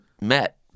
met